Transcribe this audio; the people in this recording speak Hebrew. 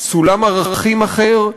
סולם ערכים אחר,